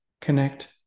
connect